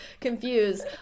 confused